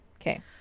Okay